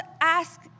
ask